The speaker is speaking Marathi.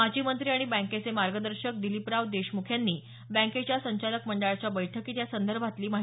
माजी मंत्री आणि बँकेचे मार्गदर्शक दिलीपराव देशमुख यांनी बँकेच्या संचालक मंडळाच्या बैठकीत या संदर्भातील माहिती दिली